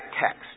text